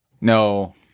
No